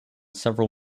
several